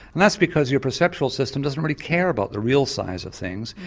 and that's because your perceptual system doesn't really care about the real size of things,